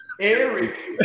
Eric